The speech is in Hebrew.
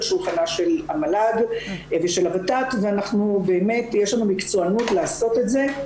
שולחנה של המל"ג ושל הות"ת ויש לנו מקצוענות לעשות את זה.